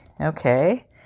Okay